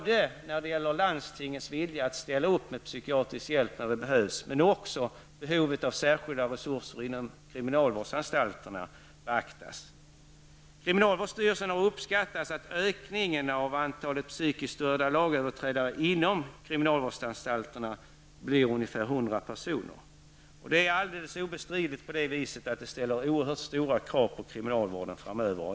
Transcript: Det är viktigt att landstingen är villiga att ställa upp med psykiatrisk hjälp när det behövs, men det är också viktigt att behovet av särskilda resurser inom kriminalvårdsanstalterna beaktas. Kriminalvårdsstyrelsen har uppskattat att ökningen av antalet psykiskt störda lagöverträdare inom kriminalvårdsanstalterna kommer att bli ungefär 100 personer. Detta ställer framöver alldeles obestridligt oerhört stora krav på kriminalvården.